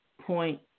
point